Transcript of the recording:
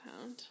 pound